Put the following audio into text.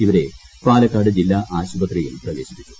ഇവരെ പാലക്കാട് ജില്ലാ ആശുപത്രിയിൽ പ്രവേശിപ്പിച്ചു